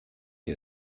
you